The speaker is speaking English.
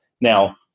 Now